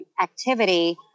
activity